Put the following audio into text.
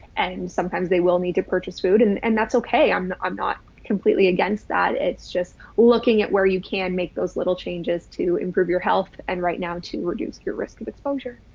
and sometimes they will need to purchase food and and that's okay. i'm i'm not completely against that. it's just looking at where you can make those little changes to improve your health and right now, to reduce your risk of exposure.